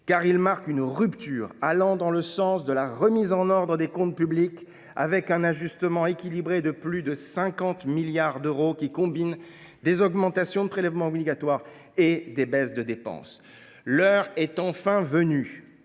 car il marque une rupture dans le sens d’une remise en ordre des comptes publics : il y est procédé à un ajustement équilibré de plus de 50 milliards d’euros qui combine des augmentations de prélèvements obligatoires et des baisses de dépenses. L’heure est enfin venue